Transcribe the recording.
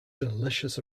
delicious